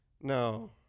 No